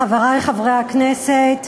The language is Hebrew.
חברי חברי הכנסת,